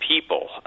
people